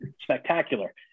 spectacular